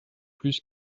plus